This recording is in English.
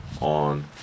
on